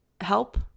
help